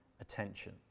attention